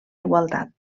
igualtat